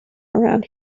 around